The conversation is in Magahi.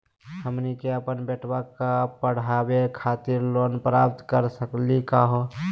हमनी के अपन बेटवा क पढावे खातिर लोन प्राप्त कर सकली का हो?